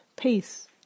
Peace